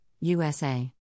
USA